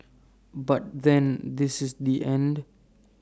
but then this is the end